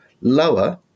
lower